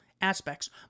Aspects